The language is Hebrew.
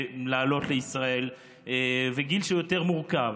לעלות לישראל וגיל שהוא יותר מורכב.